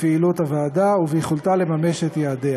בפעילות הוועדה וביכולתה לממש את יעדיה.